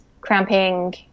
cramping